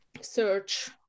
search